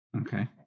okay